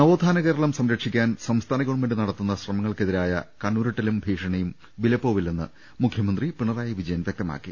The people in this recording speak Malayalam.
നവോത്ഥാന കേരളം സംരക്ഷിക്കാൻ സംസ്ഥാന ഗവൺമെന്റ് നട ത്തുന്ന ശ്രമങ്ങൾക്കെതിരായ കണ്ണുരുട്ടലും ഭീഷണിയും വിലപ്പോകി ല്ലെന്ന് മുഖ്യമന്ത്രി പിണറായി വിജയൻ വൃക്തമാക്കി